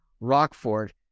Rockford